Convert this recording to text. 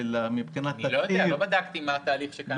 לא בדקתי מה התהליך שקיים היום.